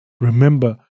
Remember